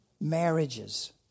marriages